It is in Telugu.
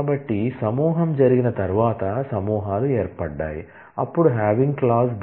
కాబట్టి సమూహం జరిగిన తర్వాత సమూహాలు ఏర్పడ్డాయి అప్పుడు హావింగ్ క్లాజ్